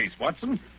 Watson